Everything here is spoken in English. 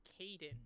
Caden